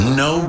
no